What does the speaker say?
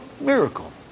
miracle